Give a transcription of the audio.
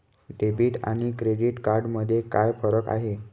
Debit आणि credit card मध्ये काय फरक आहे?